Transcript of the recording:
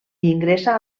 ingressa